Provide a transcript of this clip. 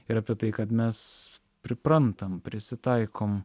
ir apie tai kad mes priprantam prisitaikom